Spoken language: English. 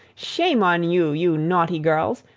shame on you, you naughty girls,